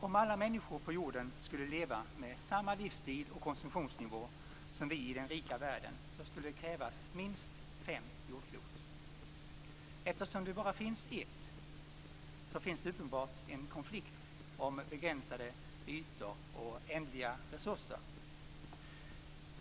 Om alla människor på jorden skulle leva med samma livsstil och konsumtionsnivå som vi i den rika världen skulle det krävas minst fem jordklot. Eftersom det bara finns ett jordklot, finns det uppenbart en konflikt om begränsade ytor och ändliga resurser.